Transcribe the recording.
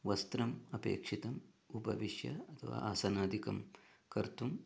वस्त्रम् अपेक्षितम् उपविश्य अथवा आसनादिकं कर्तुम्